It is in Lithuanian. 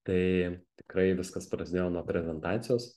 tai tikrai viskas prasidėjo nuo prezentacijos